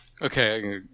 Okay